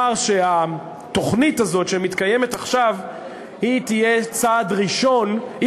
שהתוכנית הזאת שמתקיימת עכשיו תהיה צעד ראשון,